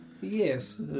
yes